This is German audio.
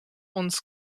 uns